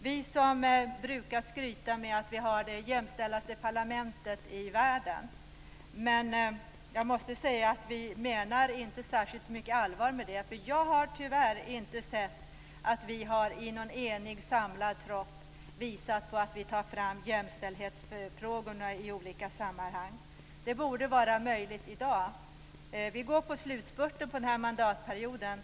Vi som brukar skryta med att vi har det mest jämställda parlamentet i världen! Jag måste säga att vi inte menar särskilt mycket allvar med det. Jag har tyvärr inte sett att vi i någon enig, samlad tropp i olika sammanhang har lyft fram jämställdhetsfrågorna. Det borde vara möjligt i dag. Vi är inne på slutspurten av den här mandatperioden.